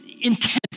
intent